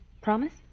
promise